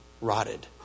rotted